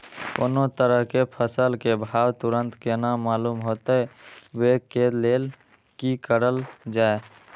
कोनो तरह के फसल के भाव तुरंत केना मालूम होते, वे के लेल की करल जाय?